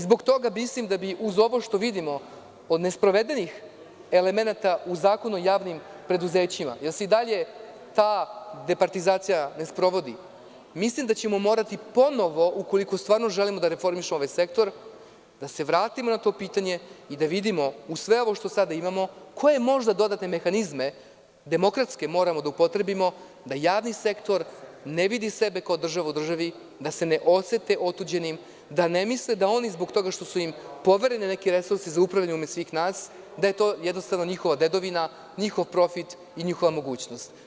Zbog toga mislim da bi, uz ovo što vidimo, od nesprovedenih elemenata u Zakonu o javnim preduzećima, jer se i dalje ta departizacija ne sprovodi, mislim da ćemo morati ponovo, ukoliko stvarno želimo da reformišemo ovaj sektor, da se vratimo na to pitanje i da vidimo, uz sve ovo što sada imamo, koje možda dodatne mehanizme, demokratske, moramo da upotrebimo, da javni sektor ne vidi sebe kao državu u državi, da se ne osete otuđenim, da ne misle da oni, zbog toga što su im povereni neki resursi za upravljanje u ime svih nas, da je to jednostavno njihova dedovina, njihov profit i njihova mogućnost.